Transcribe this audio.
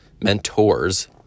Mentors